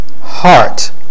heart